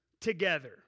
together